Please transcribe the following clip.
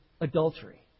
adultery